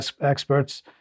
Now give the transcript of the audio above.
experts